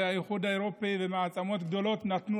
והאיחוד האירופי ומעצמות גדולות נתנו